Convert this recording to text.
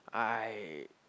I